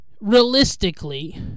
Realistically